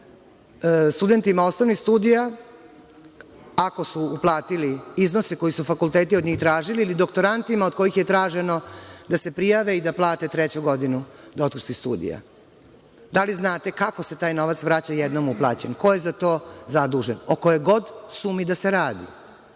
studentima osnovnih studija ako su uplatili iznose koji su fakulteti od njih tražili ili doktorantima od kojih je traženo da se prijave i da plate treću godinu doktorskih studija. Da li znate kako se taj novaca vraća jednom uplaćen? Ko je za to zadužen? O kojoj god sumi da se radi